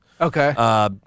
Okay